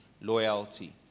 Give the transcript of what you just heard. Loyalty